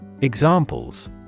Examples